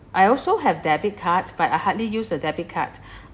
I also have debit cards but I hardly use the debit card